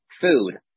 food